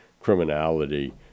criminality